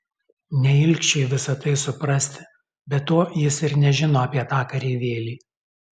ne ilgšiui visa tai suprasti be to jis ir nežino apie tą kareivėlį